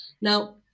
Now